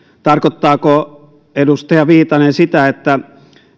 tarkoittaako edustaja viitanen sitä että